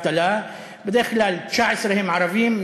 בדרך כלל 19 הם ערביים,